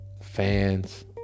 fans